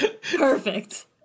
Perfect